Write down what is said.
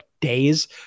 days